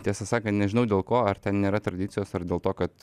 tiesą sakant nežinau dėl ko ar ten nėra tradicijos ar dėl to kad